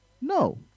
no